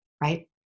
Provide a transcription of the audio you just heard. right